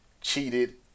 cheated